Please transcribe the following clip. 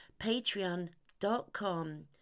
Patreon.com